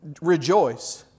rejoice